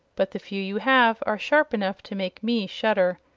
but the few you have are sharp enough to make me shudder.